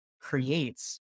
creates